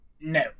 No